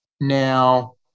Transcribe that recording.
Now